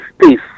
space